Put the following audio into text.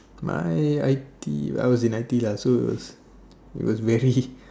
my I_T_E I was in I_T_E lah so it was very